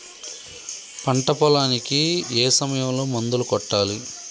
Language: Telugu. పంట పొలానికి ఏ సమయంలో మందులు కొట్టాలి?